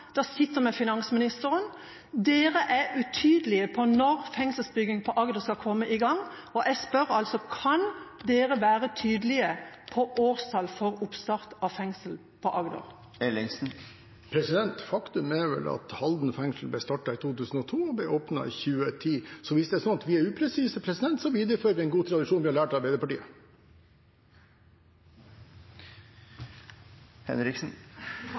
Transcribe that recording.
de sitter med makta, de sitter med finansministeren. De er utydelige på når fengselsbygging på Agder skal komme i gang. Jeg spør altså: Kan representanten være tydelig når det gjelder årstall for oppstart av bygging av fengsel på Agder? Faktum er at Halden fengsel ble foreslått bygd i 2002 og ble åpnet i 2010. Hvis det er sånn at vi er upresise, viderefører vi en god tradisjon vi har lært av